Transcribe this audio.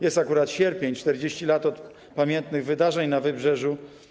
Jest akurat sierpień, 40 lat od pamiętnych wydarzeń na Wybrzeżu.